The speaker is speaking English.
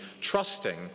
trusting